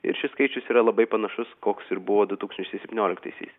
ir šis skaičius yra labai panašus koks ir buvo du tūkstančiai septynioliktaisiais